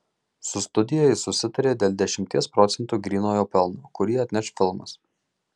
su studija jis susitarė dėl dešimties procentų grynojo pelno kurį atneš filmas